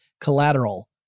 collateral